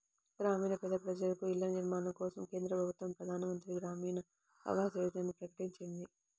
గ్రామీణ పేద ప్రజలకు ఇళ్ల నిర్మాణం కోసం కేంద్ర ప్రభుత్వం ప్రధాన్ మంత్రి గ్రామీన్ ఆవాస్ యోజనని ప్రకటించింది